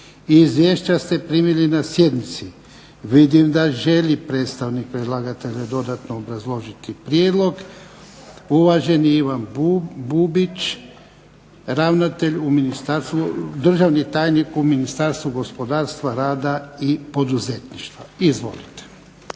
Izvješća ste primili na sjednici. Vidim da želi predstavnik predlagatelja dodatno obrazložiti prijedlog. Uvaženi Ivan Bubić, ravnatelj u ministarstvu, državni tajnik u Ministarstvu gospodarstva, rada i poduzetništva. Izvolite.